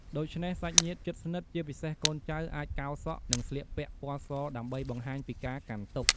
ដូច្នេះសាច់ញាតិជិតស្និទ្ធ ជាពិសេសកូនចៅ អាចកោរសក់ និងស្លៀកពាក់ពណ៌សដើម្បីបង្ហាញពីការកាន់ទុក្ខ។